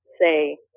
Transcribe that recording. say